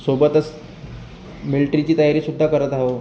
सोबतच मिल्ट्रीची तयारी सुद्धा करत आहो